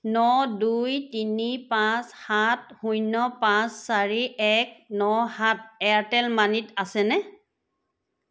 ন দুই তিনি পাঁচ সাত শূন্য পাঁচ চাৰি এক ন সাত এয়াৰটেল মানিত আছেনে